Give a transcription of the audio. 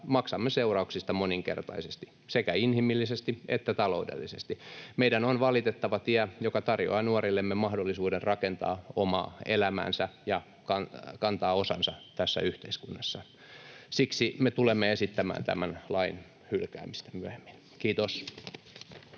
maksamme seurauksista moninkertaisesti sekä inhimillisesti että taloudellisesti. Meidän on valittava tie, joka tarjoaa nuorillemme mahdollisuuden rakentaa omaa elämäänsä ja kantaa osansa tässä yhteiskunnassa. Siksi me tulemme esittämään tämän lain hylkäämistä myöhemmin. — Kiitos.